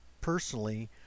personally